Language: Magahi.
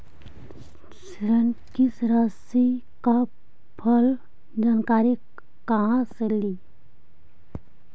ऋण किस्त रासि का हई जानकारी कहाँ से ली?